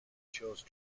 chose